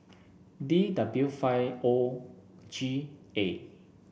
D W five O G A